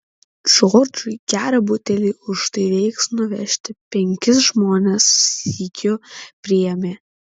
džordžui gerą butelį už tai reiks nuvežti penkis žmones sykiu priėmė